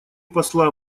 посла